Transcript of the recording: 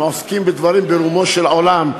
הם עוסקים בדברים ברומו של עולם,